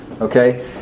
Okay